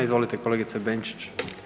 Izvolite kolegice Benčić.